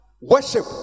worship